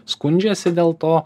skundžiasi dėl to